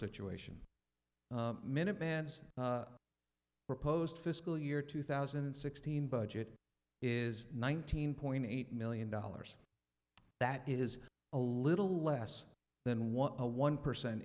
situation minute bandz proposed fiscal year two thousand and sixteen budget is nineteen point eight million dollars that is a little less than one a one percent